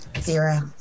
Zero